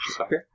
Okay